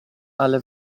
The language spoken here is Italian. alle